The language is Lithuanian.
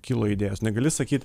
kilo idėjos negali sakyt